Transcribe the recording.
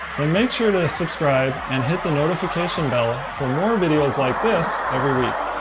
then make sure to subscribe and hit the notification bell for more videos like this every week.